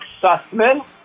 Sussman